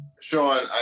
Sean